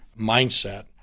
mindset